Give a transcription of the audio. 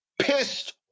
pissed